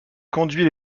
conduit